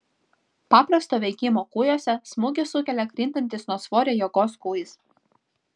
paprasto veikimo kūjuose smūgį sukelia krintantis nuo svorio jėgos kūjis